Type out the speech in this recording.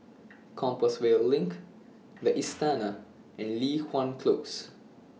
Compassvale LINK The Istana and Li Hwan Close